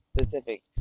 specific